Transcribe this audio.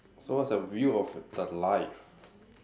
so what's your view of the life